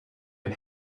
and